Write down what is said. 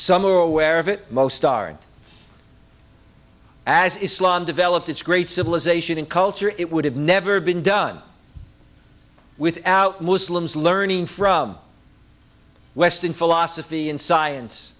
some are aware of it most aren't as islam developed its great civilization and culture it would have never been done without muslims learning from western philosophy and science